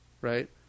right